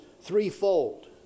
threefold